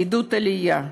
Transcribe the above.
עידוד עלייה: